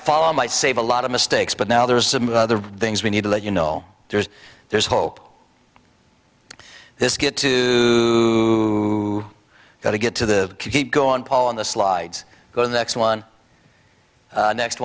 follow my save a lot of mistakes but now there are some other things we need to let you know there's there's hope this get to go to get to the keep going paul in the slides go to the next one next